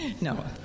no